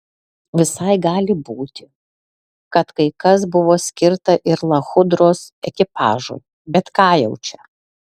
visai gali būti kad kai kas buvo skirta ir lachudros ekipažui bet ką jau čia